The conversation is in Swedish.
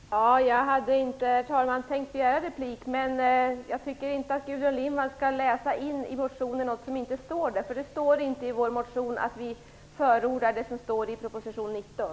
Herr talman! Jag hade inte tänkt begära replik. Men jag tycker inte att Gudrun Lindvall skall läsa in något i motionen som inte står där. Det står inte i vår motion att vi förordar det som står i proposition nr 19.